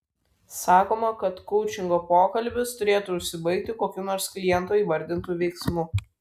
sakoma kad koučingo pokalbis turėtų užsibaigti kokiu nors kliento įvardintu veiksmu